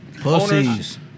Pussies